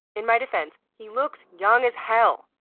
in my defense, he looks young as hell!